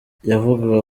yavugaga